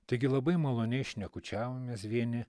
taigi labai maloniai šnekučiavomės vieni